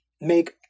make